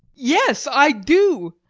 yes, i do.